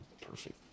perfect